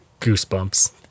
goosebumps